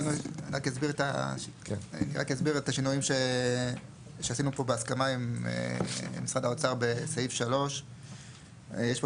רק נסביר את השינויים שעשינו פה בהסכמה עם משרד האוצר בסעיף 3. יש פה